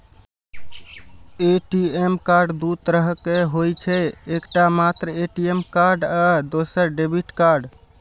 ATM card दू तरहक होइ छै, एकटा मात्र ए.टी.एम कार्ड आ दोसर डेबिट कार्ड